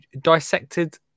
dissected